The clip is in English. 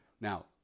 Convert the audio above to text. Now